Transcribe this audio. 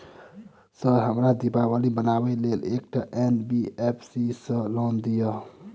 Sir हमरा दिवाली मनावे लेल एकटा एन.बी.एफ.सी सऽ लोन दिअउ?